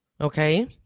Okay